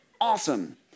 awesome